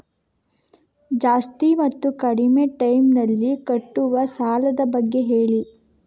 ಜಾಸ್ತಿ ಮತ್ತು ಕಡಿಮೆ ಟೈಮ್ ನಲ್ಲಿ ಕಟ್ಟುವ ಸಾಲದ ಬಗ್ಗೆ ಹೇಳಿ